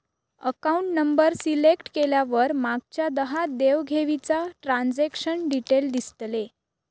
account number select केल्यावर मागच्या दहा देव घेवीचा ट्रांजॅक्शन डिटेल दिसतले